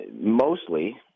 mostly